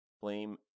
blame